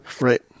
Right